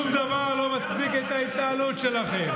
שום דבר לא מצדיק את ההתנהלות שלכם.